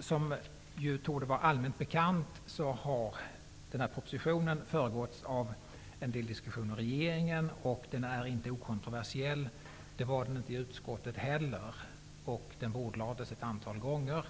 Som torde vara allmänt bekant har denna proposition föregåtts av en del diskussioner med regeringen. Den är inte okontroversiell, och det var den inte heller i utskottet. Den bordlades ett antal gånger.